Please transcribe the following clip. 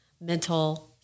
mental